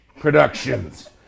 Productions